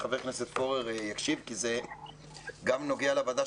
ולכן לא רק שלא משקיעים אלא גם מנסים לא לאפשר.